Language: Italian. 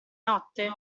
notte